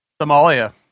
Somalia